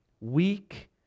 weak